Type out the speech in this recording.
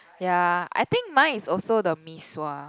ya I think mine is also the mee sua